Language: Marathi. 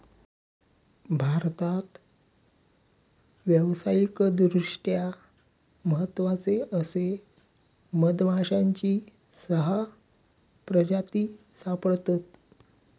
भारतात व्यावसायिकदृष्ट्या महत्त्वाचे असे मधमाश्यांची सहा प्रजाती सापडतत